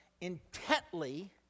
intently